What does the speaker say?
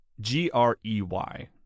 G-R-E-Y